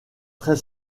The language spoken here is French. très